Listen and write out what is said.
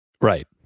Right